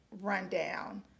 rundown